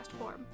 form